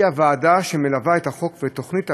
שהיא הוועדה שמלווה את החוק ואת תוכנית המבחן,